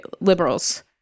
liberals